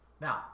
Now